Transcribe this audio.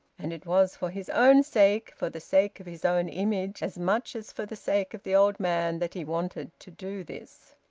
and it was for his own sake, for the sake of his own image, as much as for the sake of the old man, that he wanted to do this.